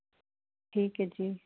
ਠੀਕ ਹੈ ਜੀ